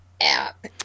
app